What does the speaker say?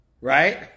Right